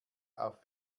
auf